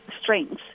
strengths